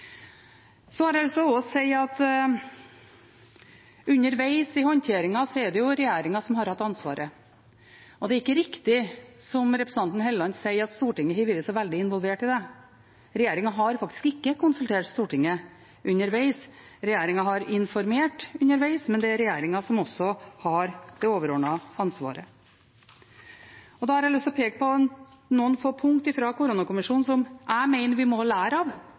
har også lyst til å si at underveis i håndteringen er det regjeringen som har hatt ansvaret. Det er ikke riktig som representanten Helleland sier, at Stortinget har vært så veldig involvert i det. Regjeringen har faktisk ikke konsultert Stortinget underveis. Regjeringen har informert underveis, men det er regjeringen som har det overordnede ansvaret. Da har jeg lyst til å peke på noen få punkter fra koronakommisjonen som jeg mener vi må lære av